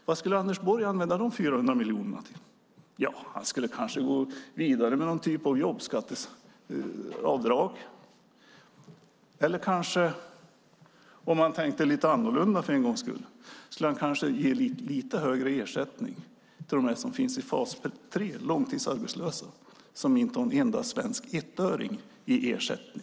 Vad skulle Anders Borg använda dessa 400 miljoner till? Han skulle kanske gå vidare med någon typ av jobbskatteavdrag. Eller om han tänkte lite annorlunda för en gångs skull skulle han kanske ge lite högre ersättning till de personer som finns i fas 3, de långtidsarbetslösa, som inte har en enda svensk ettöring i ersättning.